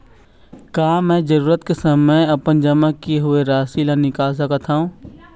का मैं जरूरत के समय अपन जमा किए हुए राशि ला निकाल सकत हव?